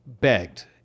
begged